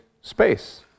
space